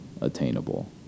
attainable